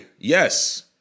Yes